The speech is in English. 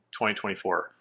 2024